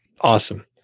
Awesome